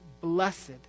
blessed